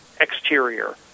exterior